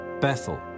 Bethel